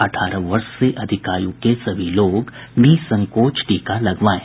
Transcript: अठारह वर्ष से अधिक आयु के सभी लोग निःसंकोच टीका लगवाएं